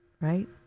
Right